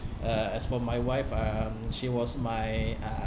uh as for my wife um she was my uh